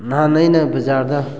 ꯅꯍꯥꯟ ꯑꯩꯅ ꯕꯖꯥꯔꯗ